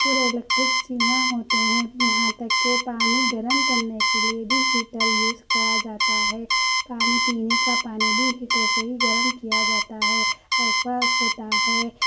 پورے الیکٹرکس چیزیں ہوتے ہیں یہاں تک کہ پانی گرم کرنے کے لیے بھی ہیٹر یوز کرا جاتا ہے پانی پینے کا پانی بھی ہیٹر سے ہی گرم کیا جاتا ہے ایکوا ہوتا ہے